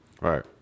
Right